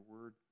word